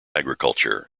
agriculture